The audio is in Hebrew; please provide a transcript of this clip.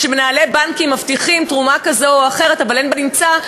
שמנהלי בנקים מבטיחים תרומה כזאת או אחרת אבל אין בנמצא,